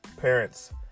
Parents